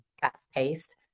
fast-paced